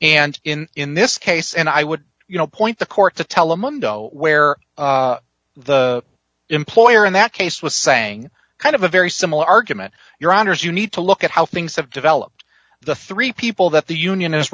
and in this case and i would you know point the court to telemundo where the employer in that case was saying kind of a very similar argument your honour's you need to look at how things have developed the three people that the union is